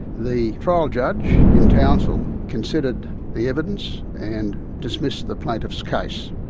the trial judge in townsville considered the evidence and dismissed the plaintiff's case.